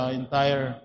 entire